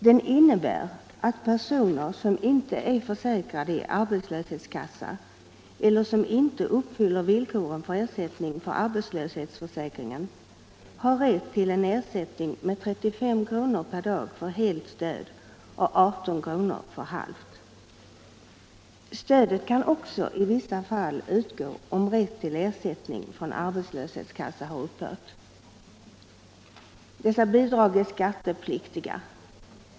Den innebär att personer som inte är försäkrade i arbetslöshetskassa eller som inte uppfyller villkoren för ersättning från arbetslöshetsförsäkringen har rätt till ersättning med 35 kr. per dag för helt stöd och 18 kr. för halvt. Stödet kan också i vissa fall utgå om rätt till ersättning från arbetslöshetskassa har upphört. Bidragen är skattepliktiga.